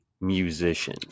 musician